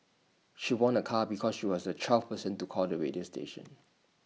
she won A car because she was the twelfth person to call the radio station